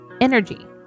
energy